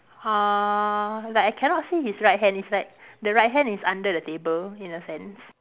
uh like I cannot see his right hand it's like the right hand is under the table in a sense